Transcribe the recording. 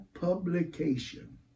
publication